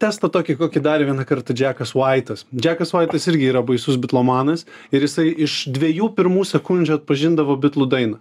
testą tokį kokį darė vieną kartą džekas vaitas džekas vaitas irgi yra baisus bitlomanas ir jisai iš dviejų pirmų sekundžių atpažindavo bitlų dainą